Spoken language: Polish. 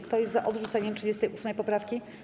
Kto jest za odrzuceniem 38. poprawki?